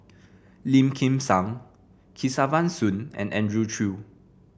Lim Kim San Kesavan Soon and Andrew Chew